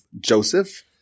Joseph